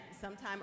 sometime